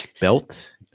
belt